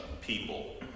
people